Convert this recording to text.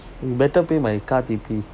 you better pay my